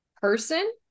person